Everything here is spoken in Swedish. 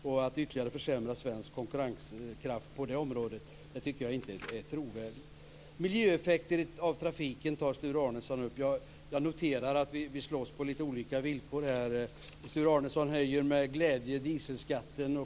Och att ytterligare försämra svensk konkurrenskraft på det området tycker jag inte är trovärdigt. Miljöeffekter av trafiken tar Sture Arnesson upp. Jag noterar att vi slåss på lite olika villkor. Sture Arnesson höjer med glädje dieselskatten.